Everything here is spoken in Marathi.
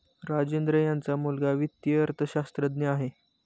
राजेंद्र यांचा मुलगा वित्तीय अर्थशास्त्रज्ञ आहे